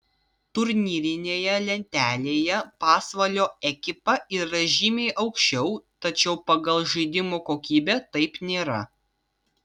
turnyrinėje lentelėje pasvalio ekipa yra žymiai aukščiau tačiau pagal žaidimo kokybę taip nėra